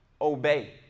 obey